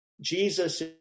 jesus